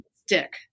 stick